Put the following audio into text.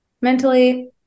mentally